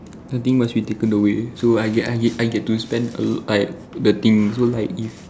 the thing must be taken away so I get I get I get to spend a l~ like the thing so like if